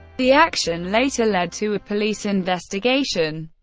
the action later led to a police investigation,